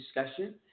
discussion